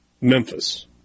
Memphis